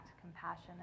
compassion